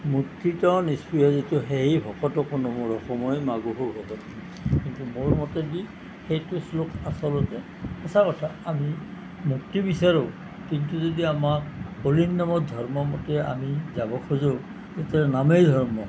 মুক্তিত নিস্পৃহ যিটো সেহি ভকতক নমো ৰসময় মাগোহো ভকতি কিন্তু মোৰ মতেদি সেইটো শ্লোক আচলতে সঁচা কথা আমি মুক্তি বিচাৰোঁ কিন্তু যদি আমাক হৰি নামৰ ধৰ্মমতে আমি যাব খোজোঁ তেতিয়া নামেই ধৰ্ম